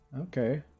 Okay